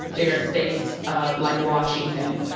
there are states like washington.